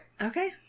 Okay